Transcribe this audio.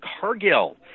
Cargill